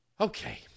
Okay